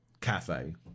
cafe